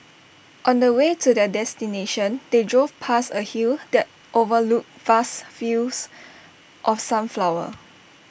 on the way to their destination they drove past A hill that overlooked vast fields of sunflowers